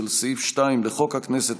ולסעיף 2 לחוק הכנסת,